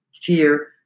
fear